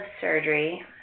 surgery